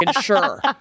sure